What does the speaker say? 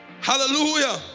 hallelujah